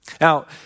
Now